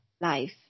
life